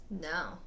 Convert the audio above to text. no